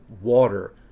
water